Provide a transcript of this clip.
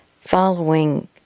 following